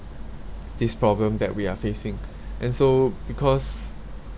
this problem that we are facing and so because